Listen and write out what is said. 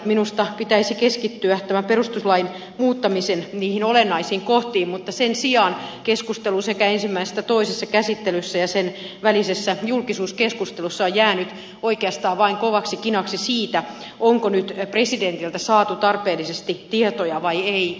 minusta pitäisi keskittyä tämän perustuslain muuttamisen niihin olennaisiin kohtiin mutta sen sijaan keskustelu sekä ensimmäisessä että toisessa käsittelyssä ja niiden välisessä julkisessa keskustelussa on jäänyt oikeastaan vain kovaksi kinaksi siitä onko nyt presidentiltä saatu tarpeeksi tietoja vai ei